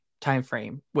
timeframe